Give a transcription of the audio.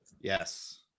Yes